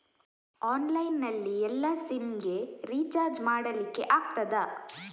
Online ನಲ್ಲಿ ಎಲ್ಲಾ SIM ಗೆ ರಿಚಾರ್ಜ್ ಮಾಡಲಿಕ್ಕೆ ಆಗ್ತದಾ?